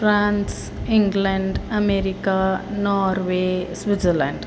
France England America Norway Switzerland